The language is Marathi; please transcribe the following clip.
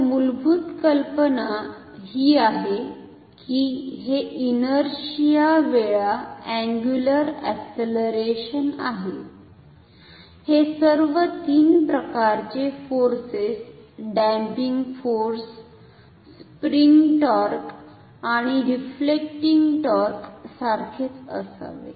तर मूलभूत कल्पना ही आहे की हे इनरशिआ वेळा अंगुलर अस्सेलरेशन आहे हे सर्व तीन प्रकारचे forces damping force spring torque आणि डिफ्लेक्टिंग टॉर्क सारखेच असावे